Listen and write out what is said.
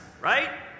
right